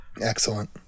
Excellent